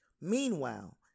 Meanwhile